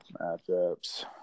matchups